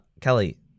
Kelly